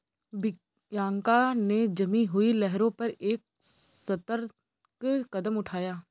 Bianca ने जमी हुई लहरों पर एक सतर्क कदम उठाया